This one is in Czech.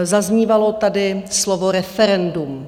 Zaznívalo tady slovo referendum.